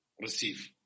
receive